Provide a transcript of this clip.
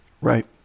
Right